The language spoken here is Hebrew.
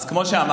אז כמו שאמרתי,